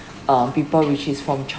um people which is from